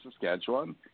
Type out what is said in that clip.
Saskatchewan